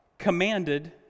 commanded